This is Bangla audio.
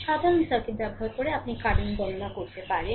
সাধারণ সার্কিট ব্যবহার করে আপনি কারেন্ট গণনা করতে পারেন